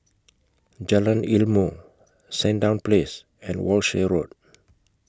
Jalan Ilmu Sandown Place and Walshe Road